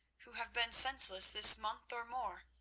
who have been senseless this month or more?